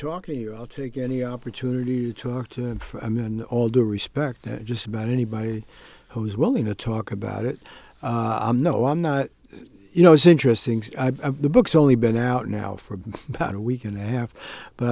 talking to you i'll take any opportunity to talk to him in all due respect to just about anybody who's willing to talk about it no i'm not you know it's interesting the books only been out now for about a week and a half but